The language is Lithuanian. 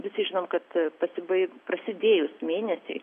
visi žinom kad pasibaig prasidėjus mėnesiui